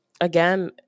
again